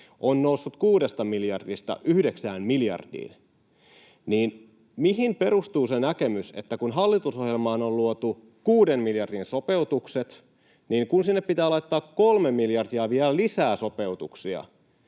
on noussut kuudesta miljardista yhdeksään miljardiin, niin mihin perustuu se näkemys, että kun hallitusohjelmaan on luotu kuuden miljardin sopeutukset, niin kun sinne pitää laittaa kolme miljardia vielä lisää sopeutuksia,